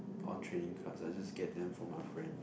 on trading cards I just get them from my friend